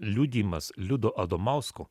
liudijimas liudo adomausko